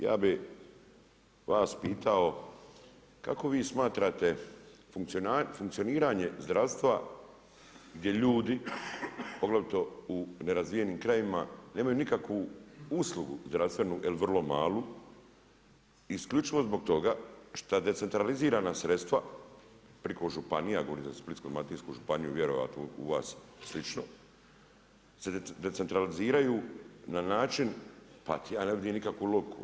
Ja bih vas pitao kako vi smatrate funkcioniranje zdravstva gdje ljudi poglavito u nerazvijenim krajevima nemaju nikakvu uslugu zdravstvenu ili vrlo malu isključivo zbog toga što decentralizirana sredstva preko županija, ja govorim za Splitsko-dalmatinsku županiju, vjerojatno je u vas slično, se decentraliziraju na način, pa ja ne vidim nikakvu logiku.